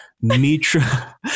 Mitra